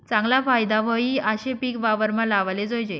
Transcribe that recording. चागला फायदा व्हयी आशे पिक वावरमा लावाले जोयजे